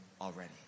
already